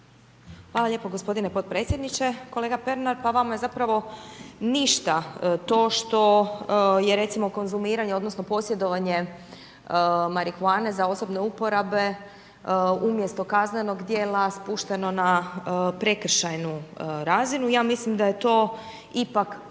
Hvala lijepo g. potpredsjedniče. Kolega Pernar, pa vama je zapravo ništa to što je recimo konzumiranje odnosno posjedovanje marihuane za osobne uporabe umjesto kaznenog djela spušteno na prekršajnu razinu. Ja mislim da je to ipak